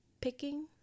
picking